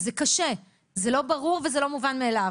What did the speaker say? זה קשה, זה לא ברור וזה לא מובן מאליו.